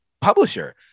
publisher